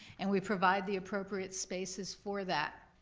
and we provide the appropriate spaces for that.